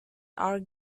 are